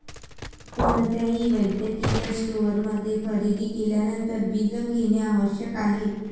कोणत्याही वैद्यकीय स्टोअरमध्ये खरेदी केल्यानंतर बीजक घेणे आवश्यक आहे